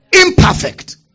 imperfect